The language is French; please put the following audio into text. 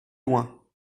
loin